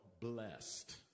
blessed